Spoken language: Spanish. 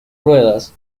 ruedas